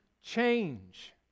change